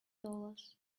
dollars